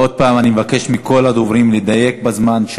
עוד פעם אני מבקש מכל הדוברים לדייק בזמן.